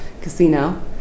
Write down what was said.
Casino